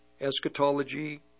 eschatology